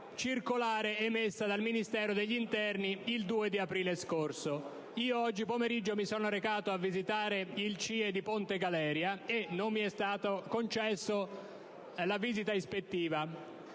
circolare emanata dal Ministero dell'interno il 2 aprile scorso. Oggi pomeriggio, mi sono recato a visitare il CIE di Ponte Galeria e non mi è stato permesso di effettuare la visita ispettiva.